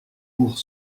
pour